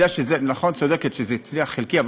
נכון, את צודקת שזה הצליח חלקית,